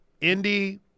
Indy